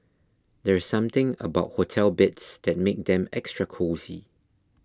there's something about hotel beds that makes them extra cosy